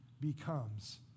becomes